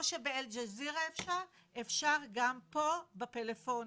כמו שבאל ג'זירה אפשר, אפשר גם פה בפלאפונים.